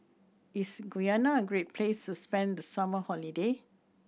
is Guyana a great place to spend the summer holiday